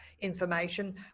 information